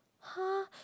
!huh!